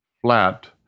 flat